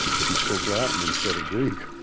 if he spoke latin instead of greek